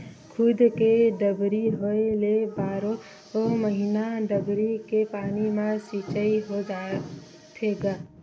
खुद के डबरी होए ले बारो महिना डबरी के पानी म सिचई हो जाथे गा